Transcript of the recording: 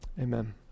Amen